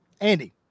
Andy